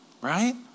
right